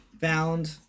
found